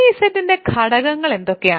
3Zന്റെ ഘടകങ്ങൾ എന്തൊക്കെയാണ്